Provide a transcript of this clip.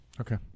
Okay